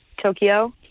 Tokyo